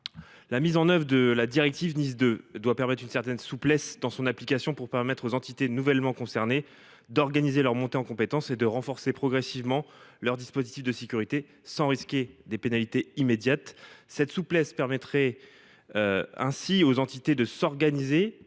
La mise en œuvre de la directive NIS 2 doit obéir à une certaine souplesse pour permettre aux entités nouvellement concernées d’organiser leur montée en compétences et de renforcer progressivement leurs dispositifs de sécurité, sans risquer des pénalités immédiates. Cette souplesse permettrait notamment aux entités de s’organiser,